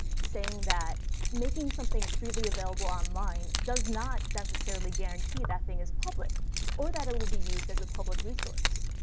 saying that making something freely available online does not necessarily guarantee that thing is public or that it will be used as a public resource.